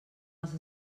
els